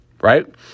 right